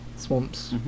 Swamps